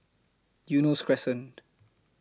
Eunos Crescent